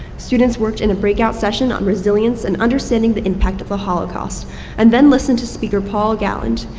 students worked in a breakout session on resilience and understanding the impact of the holocaust and then listened to speaker paul galland.